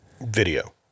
video